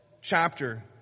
chapter